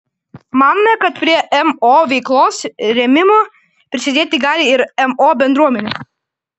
manome kad prie mo veiklos rėmimo prisidėti gali ir mo bendruomenė